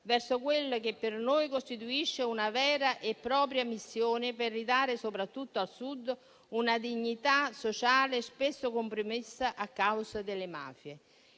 verso quella che per noi costituisce una vera e propria missione per ridare soprattutto al Sud una dignità sociale spesso compromessa a causa delle mafie.